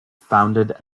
founded